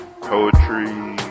poetry